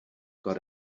got